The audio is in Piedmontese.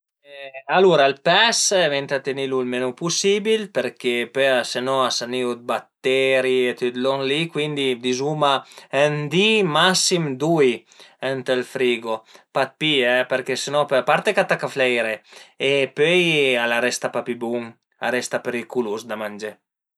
Alura ël pes venta tënilu ël menu pusibil përché pöi se non a s'anìu dë batteri e tüt lon li, cuindi dizuma ën di, massim dui ënt ël frigo, pa dë pi përché se no, a parte ch'a taca a flairé e pöi a resta pa pi bun, a resta periculus da mangé